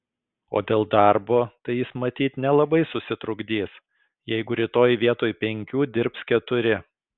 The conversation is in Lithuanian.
o dėl darbo tai jis matyt nelabai susitrukdys jeigu rytoj vietoj penkių dirbs keturi